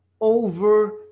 Over